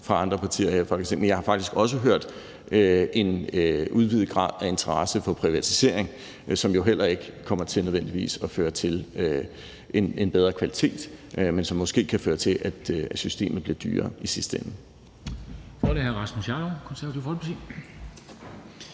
i Folketinget, men jeg har faktisk også hørt en udvidet grad af interesse for privatisering, som jo heller ikke nødvendigvis kommer til at føre til en bedre kvalitet, men som måske kan føre til, at systemet bliver dyrere i sidste ende.